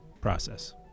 process